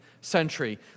century